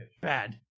Bad